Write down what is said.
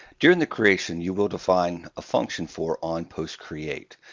during the creation, you will define a function for onpostcreate.